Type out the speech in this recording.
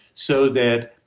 so that,